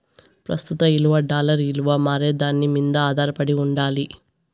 ప్రస్తుత ఇలువ డాలర్ ఇలువ మారేదాని మింద ఆదారపడి ఉండాలి